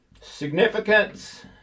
Significance